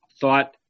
thought